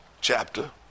chapter